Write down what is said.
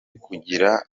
kugira